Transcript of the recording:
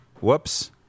Whoops